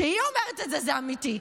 כשהיא אומרת את זה, זה אמיתי.